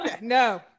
no